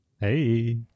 Hey